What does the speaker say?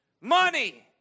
money